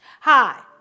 Hi